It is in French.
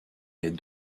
est